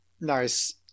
Nice